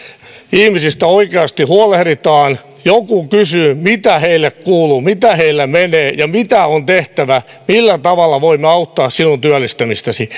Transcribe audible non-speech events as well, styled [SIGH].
ihmisistä oikeasti huolehditaan joku kysyy mitä heille kuuluu miten heillä menee ja mitä on tehtävä millä tavalla voimme auttaa sinun työllistymistäsi [UNINTELLIGIBLE]